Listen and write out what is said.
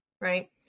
Right